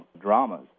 dramas